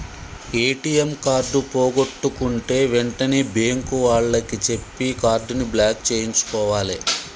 ATM card పోగొట్టుకుంటే వెంటనే bank వాళ్లకి చెప్పి కార్డుని బ్లాక్ చేయించుకోవాలే